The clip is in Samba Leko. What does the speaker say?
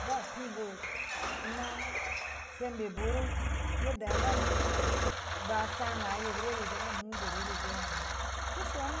Ba pi bo'o’ na se'm be’ bureu yedda ban ba sana ye buri re rii da ran mu bo're’ reu be’ nareu to'o’ sone’